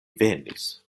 venis